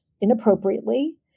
inappropriately